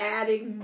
adding